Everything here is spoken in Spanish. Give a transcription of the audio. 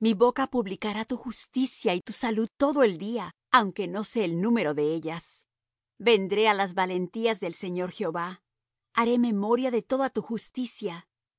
mi boca publicará tu justicia y tu salud todo el día aunque no sé el número de ellas vendré á las valentías del señor jehová haré memoria de sola tu justicia